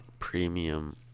premium